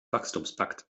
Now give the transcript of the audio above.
wachstumspakt